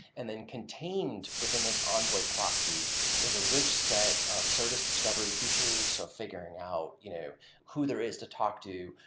and then, contained within this envoy proxy is a rich set of service discovery features of figuring out you know who there is to talk to,